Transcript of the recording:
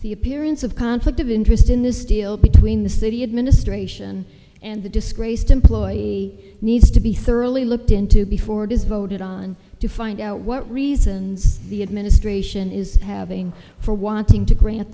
the appearance of conflict of interest in this deal between the city administration and the disgraced employee needs to be thoroughly looked into before it is voted on to find out what reasons the administration is having for wanting to grant